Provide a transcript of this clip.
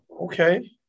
okay